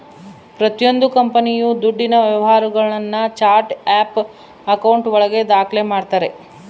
ಪ್ರತಿಯೊಂದು ಕಂಪನಿಯು ದುಡ್ಡಿನ ವ್ಯವಹಾರಗುಳ್ನ ಚಾರ್ಟ್ ಆಫ್ ಆಕೌಂಟ್ ಒಳಗ ದಾಖ್ಲೆ ಮಾಡ್ತಾರೆ